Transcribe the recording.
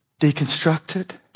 deconstructed